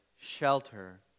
shelter